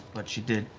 but she did.